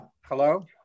Hello